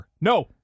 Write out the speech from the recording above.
no